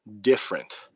different